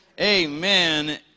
Amen